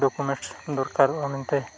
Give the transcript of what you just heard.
ᱫᱚᱨᱠᱟᱨᱚᱜᱼᱟ ᱢᱮᱱᱛᱮ